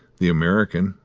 the american,